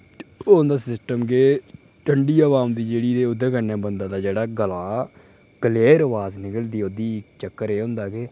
ओह् होंदा सिस्टम के ठंडी ब्हा औंदी जेह्ड़ी ओह्दे कन्नै बंदे दा जेह्ड़ा गला क्लियर अवाज निकलदी ओह्दी चक्कर एह् होंदा कि